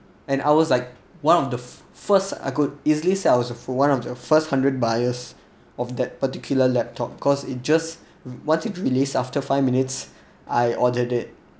and I was like one of the first I could easily said I was one of your first hundred buyers of that particular laptop cause it just once it release after five minutes I ordered it